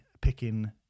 picking